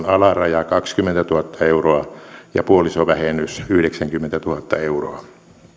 alaraja kaksikymmentätuhatta euroa ja puolisovähennys yhdeksänkymmentätuhatta euroa